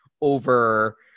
over